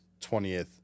20th